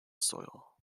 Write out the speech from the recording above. soil